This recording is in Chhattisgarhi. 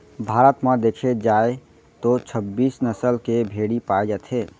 भारत म देखे जाए तो छब्बीस नसल के भेड़ी पाए जाथे